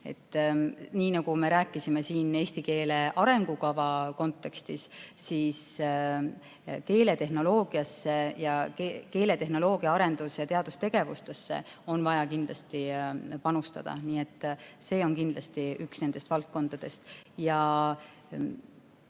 Nagu me rääkisime siin eesti keele arengukava kontekstis, keeletehnoloogiasse, keeletehnoloogia arendus- ja teadustegevusse on vaja kindlasti panustada. Nii et see on kindlasti üks nendest valdkondadest.